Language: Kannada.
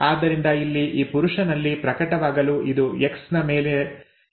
ಆದ್ದರಿಂದ ಇಲ್ಲಿ ಈ ಪುರುಷನಲ್ಲಿ ಪ್ರಕಟವಾಗಲು ಇದು ಎಕ್ಸ್ ನ ಮೇಲೆ ಹಿಂಜರಿತ ಆಲೀಲ್ ಅನ್ನು ಹೊಂದಿರಬೇಕು